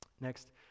Next